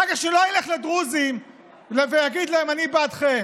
אחר כך שלא ילך לדרוזים ויגיד להם: אני בעדכם,